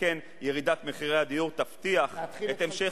שכן ירידת מחירי הדירות תבטיח את המשך